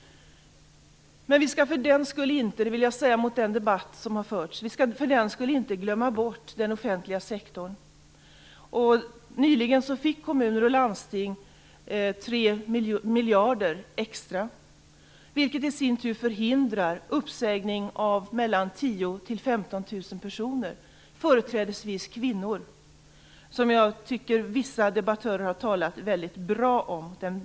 Men jag vill med tanke på den debatt som har förts säga att vi för den skull inte skall glömma bort den offentliga sektorn. Nyligen fick kommuner och landsting 3 miljarder extra, vilket i sin tur förhindrar uppsägning av mellan 10 000 och 15 000 personer, företrädesvis kvinnor, som jag tycker att vissa debattörer har talat väldigt bra om.